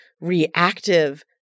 reactive